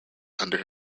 under